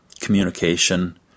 communication